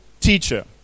teacher